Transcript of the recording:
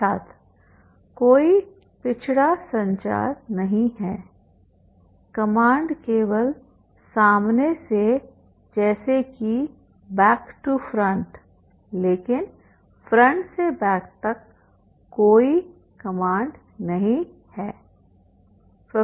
छात्र कोई पिछड़ा संचार नहीं है कमांड केवल सामने से जैसे हैं बैक टू फ्रंट लेकिन फ्रंट से बैक तक कोई कमांड नहीं है